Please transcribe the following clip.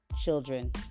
Children